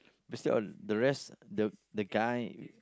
that's all the rest the the guy